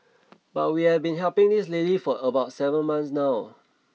but we have been helping this lady for about seven months now